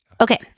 Okay